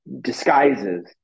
disguises